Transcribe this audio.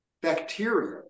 bacteria